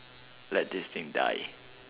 let this thing die